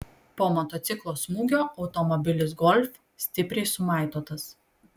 po motociklo smūgio automobilis golf stipriai sumaitotas